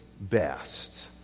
best